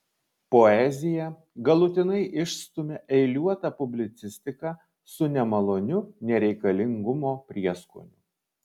poeziją galutinai išstumia eiliuota publicistika su nemaloniu nereikalingumo prieskoniu